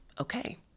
Okay